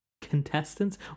contestants